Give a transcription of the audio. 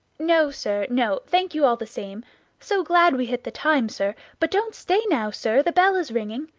no, sir, no, thank you all the same so glad we hit the time, sir but don't stay now, sir, the bell is ringing.